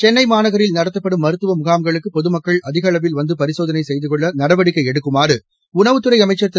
சென்னை மாநகரில் நடத்தப்படும் மருத்துவ முகாம்களுக்கு பொதுமக்கள் அதிக அளவில் வந்து பரிசோதனை செய்துகொள்ள நடவடிக்கை எடுக்குமாறு உணவுத்தறை அமைச்சர் திரு